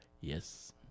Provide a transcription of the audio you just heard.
Yes